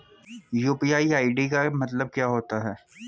UPI ID का मतलब क्या होता है?